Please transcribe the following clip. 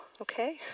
okay